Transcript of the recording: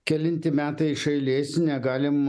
kelinti metai iš eilės negalim